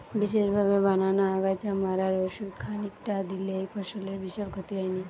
বিশেষভাবে বানানা আগাছা মারার ওষুধ খানিকটা দিলে ফসলের বিশাল ক্ষতি হয়নি